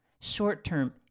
short-term